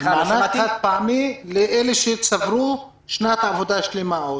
אני מדבר על מענק חד-פעמי לאלה שצברו שנת עבודה שלמה.